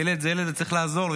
ילד זה ילד וצריך לעזור לו.